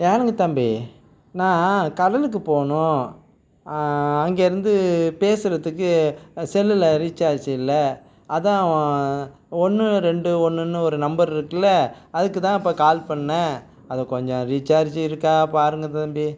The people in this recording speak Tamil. ஏனுங்க தம்பி நான் கடலுக்கு போகணும் அங்கே இருந்து பேசுகிறதுக்கு செல்லில் ரீசார்ஜ் இல்லை அதுதான் ஒன்று ரெண்டு ஒன்றுன்னு ஒரு நம்பர் இருக்குள்ள அதுக்கு தான் இப்போ கால் பண்னேன் அத கொஞ்சம் ரீசார்ஜ் இருக்கா பாருங்கள் தம்பி